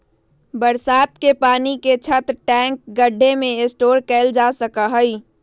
बरसात के पानी के छत, टैंक, गढ्ढे में स्टोर कइल जा सका हई